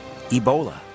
Ebola